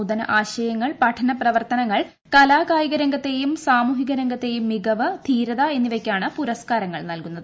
നൂതന ആശയങ്ങൾ പഠന പ്രവർത്തനങ്ങൾ കലാകായിക രംഗത്തേയും സാമൂഹിക രംഗത്തേയും മികവ് ധീരത എന്നിവയ്ക്കാണ് പുരസ്കാരങ്ങൾ നൽകുന്നത്